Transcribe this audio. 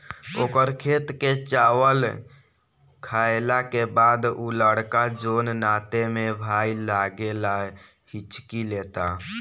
ओकर खेत के चावल खैला के बाद उ लड़का जोन नाते में भाई लागेला हिच्की लेता